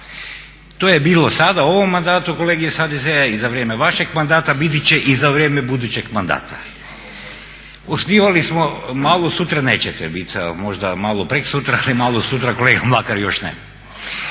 To je bilo sada u ovom mandatu kolege iz HDZ-a i za vrijeme vašeg mandata biti će i za vrijeme budućeg mandata. Osnivali smo, malo sutra nećete bit, možda malo preksutra, ali malo sutra kolega Mlakar još ne.